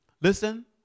listen